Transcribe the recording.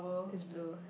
is blue